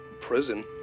prison